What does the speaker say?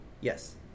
yes